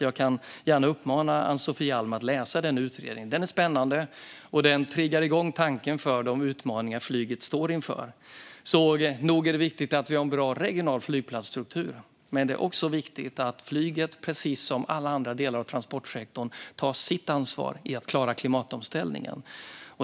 Jag kan därför uppmana Ann-Sofie Alm att läsa denna utredning. Den är spännande, och den triggar igång tanken för de utmaningar som flyget står inför. Så nog är det viktigt att vi har en bra regional flygplatsstruktur. Men det är också viktigt att flyget precis som alla andra delar av transportsektorn tar sitt ansvar för att klara klimatomställningen.